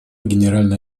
генеральной